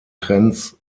trends